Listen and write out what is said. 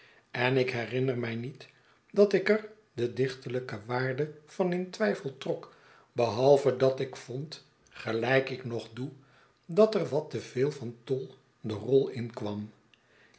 en ik herinner mij niet dat ik er de dichterlijke waarde van in twijfel trok behalve dat ik vond gelijk ik nog doe dat er wat te veel van tol de rol